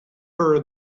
her